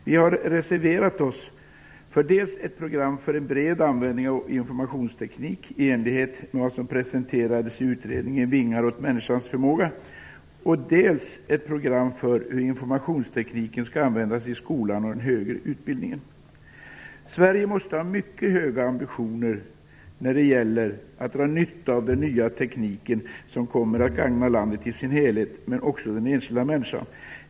Vi har reserverat oss för dels ett program för bred användning av informationsteknik i enlighet med vad som presenterades i utredningen "Vingar åt människans förmåga" och dels ett program för hur informationstekniken skall användas i skolan och i den högre utbildningen. Sverige måste ha mycket höga ambitioner när det gäller att dra nytta av den nya tekniken som kommer att gagna landet i dess helhet, men också den enskilda människan.